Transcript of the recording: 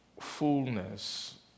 fullness